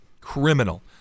criminal